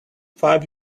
five